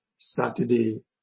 Saturday